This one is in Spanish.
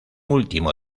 último